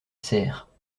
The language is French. saire